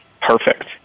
perfect